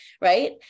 right